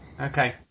Okay